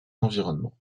environnement